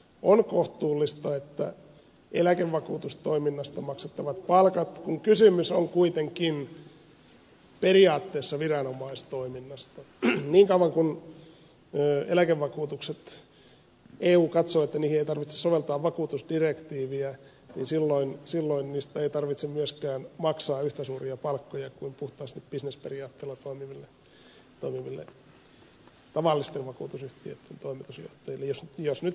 on kohtuullista että eläkevakuutustoiminnassa kun kysymys on kuitenkin periaatteessa viranomaistoiminnasta niin kauan kuin eu katsoo että eläkevakuutuksiin ei tarvitse soveltaa vakuutusdirektiiviä ei tarvitse myöskään maksaa yhtä suuria palkkoja kuin puhtaasti bisnesperiaatteella toimiville tavallisten vakuutusyhtiöitten toimitusjohtajille jos nyt heillekään